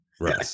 Right